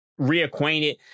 reacquainted